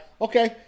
Okay